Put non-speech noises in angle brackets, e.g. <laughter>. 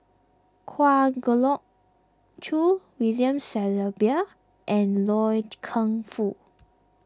Kwa Geok Choo William Shellabear and Loy <noise> Keng Foo